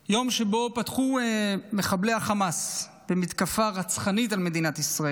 יום שבו פתחו מחבלי החמאס במתקפה רצחנית על מדינת ישראל,